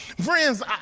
Friends